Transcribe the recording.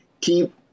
keep